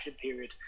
period